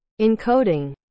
encoding